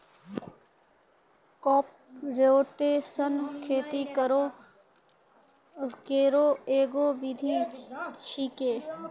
crop rotation खेती करै केरो एगो विधि छिकै